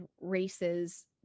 races